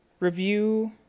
review